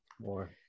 More